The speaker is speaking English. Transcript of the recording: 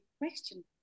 question